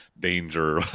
danger